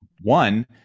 one